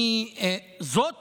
זאת